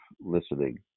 listening